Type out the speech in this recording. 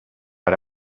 ara